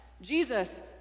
Jesus